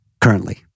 currently